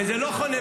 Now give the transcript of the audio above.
שזה לא חונה,